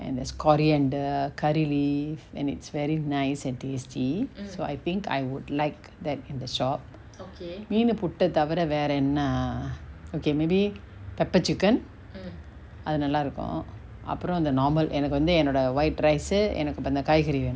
and there's coriander curry leaf and it's very nice and tasty so I think I would like that in the shop மீனு புட்ட தவிர வேர என்னா:meenu puttu thavira vera enna err okay maybe pepper chicken அது நல்லா இருக்கு அப்ரோ அந்த:athu nalla iruku apro antha normal எனக்கு வந்து என்னோட:enaku vanthu ennoda white rice uh எனக்கு இப்ப அந்த காய்கரி வேணு:enaku ippa antha kaaikari